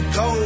go